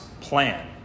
plan